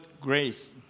grace